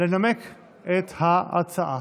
לנמק את ההצעה.